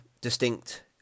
distinct